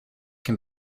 can